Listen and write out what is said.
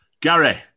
Gary